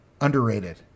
underrated